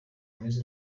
gomez